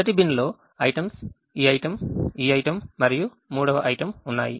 మొదటి బిన్లో items ఈ item ఈ item మరియు మూడవ item ఉన్నాయి